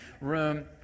room